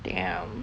damn